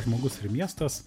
žmogus ir miestas